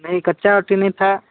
नही कच्चा रोटी नही था